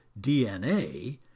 DNA